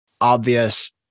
obvious